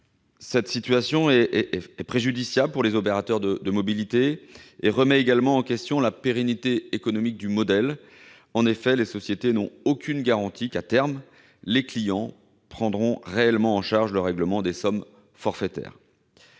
telle situation est préjudiciable aux opérateurs de mobilité et remet également en question la pérennité de leur modèle économique. En effet, les sociétés n'ont aucune garantie qu'à terme les clients prendront réellement en charge le règlement des sommes forfaitaires.